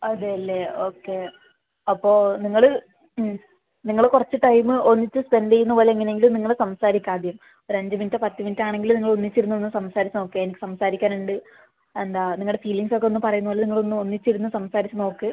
അതെ അല്ലേ ഓക്കെ അപ്പോൾ നിങ്ങള് മ് നിങ്ങള് കുറച്ച് ടൈമ് ഒന്നിച്ച് സ്പെൻഡ് ചെയ്യുന്ന പോലെ എങ്ങനെ എങ്കിലും നിങ്ങള് സംസാരിക്ക് ആദ്യം ഒര് അഞ്ച് മിനിറ്റോ പത്ത് മിനിറ്റോ ആണെങ്കിലും നിങ്ങള് ഒന്നിച്ച് ഇരുന്ന് ഒന്ന് സംസാരിച്ച് നോക്ക് എനിക്ക് സംസാരിക്കാൻ ഇണ്ട് എന്താ നിങ്ങളെ ഫീലിംഗ്സ് ഒക്കെ ഒന്ന് പറയുന്ന പോലെ നിങ്ങളൊന്ന് ഒന്നിച്ച് ഇരുന്ന് സംസാരിച്ച് നോക്ക്